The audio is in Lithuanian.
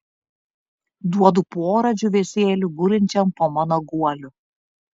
duodu porą džiūvėsėlių gulinčiam po mano guoliu